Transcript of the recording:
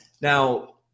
Now